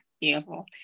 beautiful